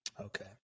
Okay